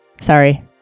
Sorry